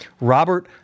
Robert